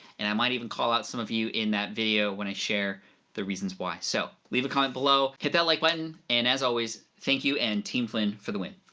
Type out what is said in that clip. and i might even call out some of you in that video when i share the reasons why. so leave a comment below, hit that like button, and as always, thank you, and team flynn for the win.